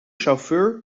chauffeur